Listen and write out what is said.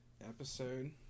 episode